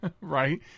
right